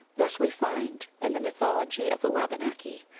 thus we find in the mythol ogy of the wabanaki,